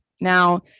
now